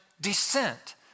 descent